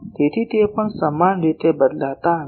તેથી તે પણ સમાન રીતે બદલાતા નથી